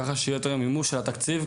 ככה שיהיה יותר מימוש של התקציב,